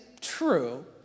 true